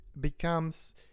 becomes